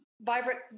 vibrant